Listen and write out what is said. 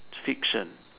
fiction